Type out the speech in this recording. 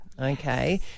Okay